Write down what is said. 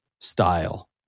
style